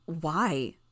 Why